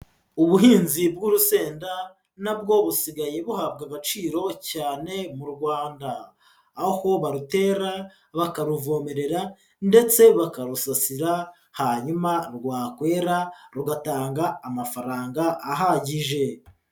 Ubuhinzi bw'urusenda nabwo busigaye buhabwa agaciro cyane mu Rwanda, aho barutera bakaruvomerera ndetse bakarusasira hanyuma rwakwera rugatanga amafaranga ahagije.